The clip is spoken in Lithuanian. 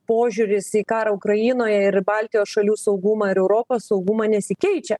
požiūris į karą ukrainoje ir į baltijos šalių saugumą ir europos saugumą nesikeičia